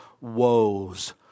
woes